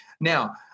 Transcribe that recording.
Now